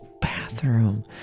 bathroom